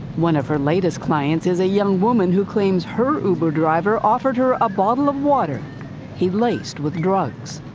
one of her latest clients is a young woman who claims her uber driver offered her a bottle of water he'd laced with drugs.